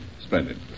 splendid